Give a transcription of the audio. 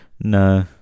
No